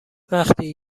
وقتی